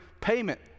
payment